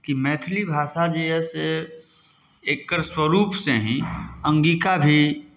कि मैथिली भाषा जे यए से एकर स्वरूपसँ ही अङ्गिका भी